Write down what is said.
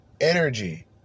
energy